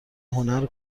هنر